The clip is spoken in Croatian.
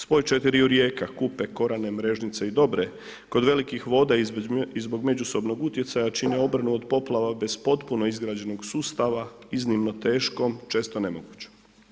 Spoj četiriju rijeka Kupe, Korane, Mrežnice i Dobre kod velikih voda iz zbog međusobnog utjecaja čine obranu od poplava bez potpuno izgrađenog sustava iznimno teškom često nemogućom.